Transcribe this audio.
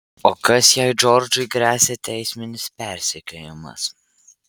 o kas jei džordžui gresia teisminis persekiojimas